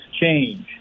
change